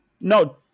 No